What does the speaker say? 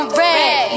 red